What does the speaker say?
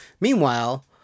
Meanwhile